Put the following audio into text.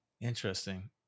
Interesting